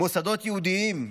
מוסדות יהודיים,